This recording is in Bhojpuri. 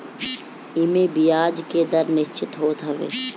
एमे बियाज के दर निश्चित होत हवे